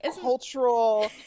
cultural